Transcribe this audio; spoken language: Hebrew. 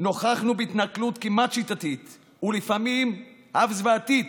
נוכחנו בהתנכלות כמעט שיטתית, ולפעמים אף זוועתית,